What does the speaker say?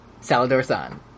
Salador-san